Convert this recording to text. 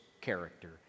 character